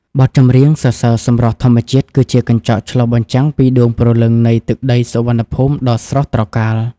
បទចម្រៀងសរសើរសម្រស់ធម្មជាតិ គឺជាកញ្ចក់ឆ្លុះបញ្ចាំងពីដួងព្រលឹងនៃទឹកដីសុវណ្ណភូមិដ៏ស្រស់ត្រកាល។